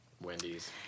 Wendy's